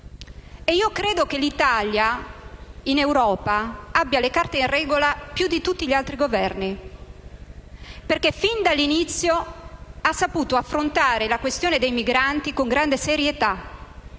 Io credo che l'Italia in Europa abbia le carte in regola più di tutti gli altri Governi, perché fin dall'inizio ha saputo affrontare la questione dei migranti con grande serietà.